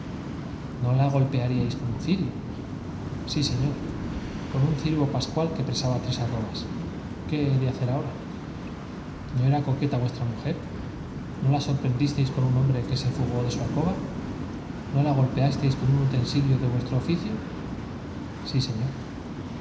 o la golpearíais con cirio un sí señor con un cirio pascual que pesaba tres arrobas qué he de hacer ahora no era coqueta vuestra mujer no la sorpren disteis con un hombre que se fugó de su alcoba n o la golpeasteis con un utensilio de vuestro oficio sí señor